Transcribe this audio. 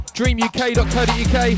dreamuk.co.uk